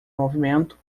movimento